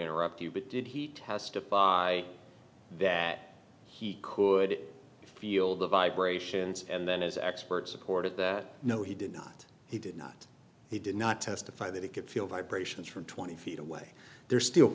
interrupt you but did he testify that he could feel the vibrations and then as experts supported that no he did not he did not he did not testify that he could feel vibrations from twenty feet away there's still